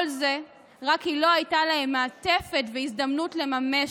כל זה רק כי לא היו להם מעטפת והזדמנות לממש,